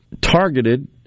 targeted